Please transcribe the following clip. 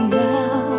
now